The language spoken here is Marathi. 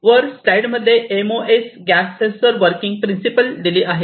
वर स्लाईड मध्ये MOS gas sensor working principle दिली आहे